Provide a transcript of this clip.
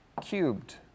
cubed